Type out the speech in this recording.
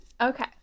Okay